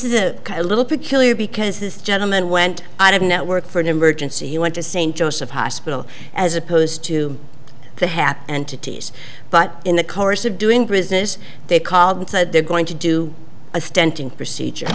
this is a little peculiar because this gentleman went out of network for an emergency he went to st joseph hospital as opposed to the happy and titties but in the course of doing business they called and said they're going to do a stenting procedure